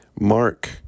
Mark